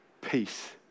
peace